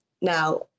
Now